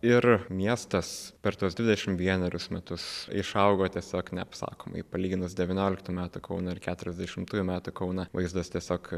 ir miestas per tuos dvidešim vienerius metus išaugo tiesiog neapsakomai palyginus devynioliktų metų kauną ir keturiasdešimtųjų metų kauną vaizdas tiesiog